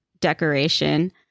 decoration